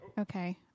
Okay